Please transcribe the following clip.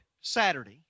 Saturday